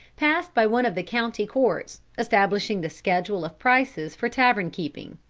passed by one of the county courts, establishing the schedule of prices for tavern-keeping